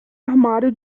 armário